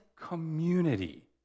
community